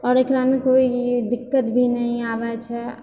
आओर एकरामे कोइ दिक्कत भी नहि आबैत छै